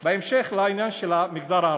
בהמשך, לעניין של המגזר הערבי: